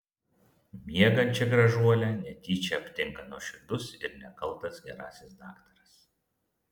miegančią gražuolę netyčia aptinka nuoširdus ir nekaltas gerasis daktaras